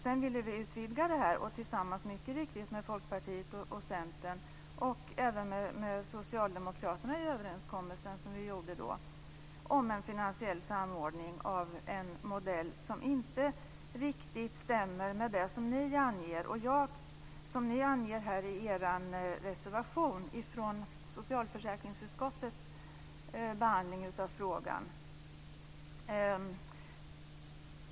Sedan ville vid utvidga dessa genom en överenskommelse mellan Folkpartiet, Centern och Socialdemokraterna om en finansiell samordning av en modell som inte riktigt stämmer med det som ni anger i er reservation när det gäller socialförsäkringsutskottets behandling av frågan.